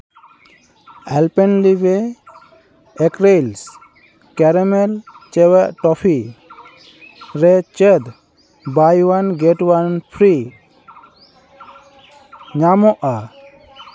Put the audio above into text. Alpenliebe eclairs caramels ᱪᱮᱣᱮᱜ toffee ᱨᱮ ᱪᱮᱫ buy one get one free ᱧᱟᱢᱚᱜᱼᱟ